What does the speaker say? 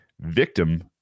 victim